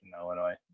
Illinois